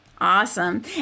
Awesome